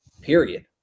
period